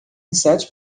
insetos